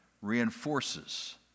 reinforces